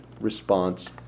response